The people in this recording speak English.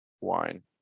wine